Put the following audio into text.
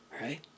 Right